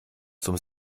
zum